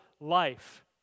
life